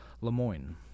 Lemoyne